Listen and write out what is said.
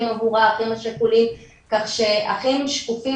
עבור האחים השכולים כך שאחים שקופים,